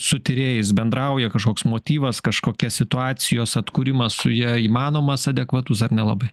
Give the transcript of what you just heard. su tyrėjais bendrauja kažkoks motyvas kažkokia situacijos atkūrimas su ja įmanomas adekvatus ar nelabai